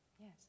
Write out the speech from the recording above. yes